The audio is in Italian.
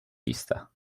vista